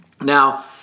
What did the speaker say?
Now